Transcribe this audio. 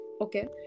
okay